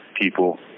people